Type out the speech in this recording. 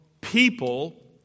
people